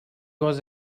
was